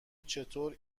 چطور